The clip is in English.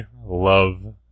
love